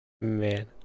man